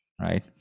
right